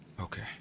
okay